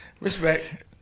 Respect